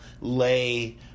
lay